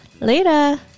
Later